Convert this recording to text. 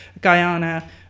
Guyana